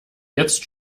jetzt